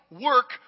work